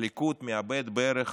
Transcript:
הליכוד מאבד בערך